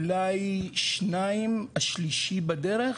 אולי שניים, השלישי בדרך,